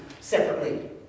separately